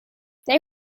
they